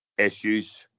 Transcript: issues